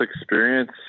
experience